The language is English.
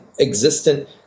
existent